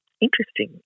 interesting